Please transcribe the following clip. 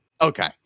okay